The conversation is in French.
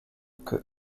queue